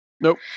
Nope